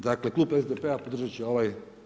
Dakle klub SDP-a podržat će ovaj